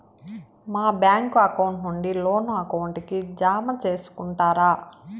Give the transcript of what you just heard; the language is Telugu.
మా బ్యాంకు అకౌంట్ నుండి లోను అకౌంట్ కి జామ సేసుకుంటారా?